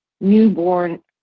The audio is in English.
newborn